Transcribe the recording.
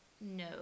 no